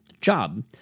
job